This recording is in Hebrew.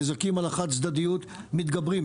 הנזקים על החד-צדדיות מתגברים.